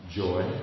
joy